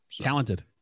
Talented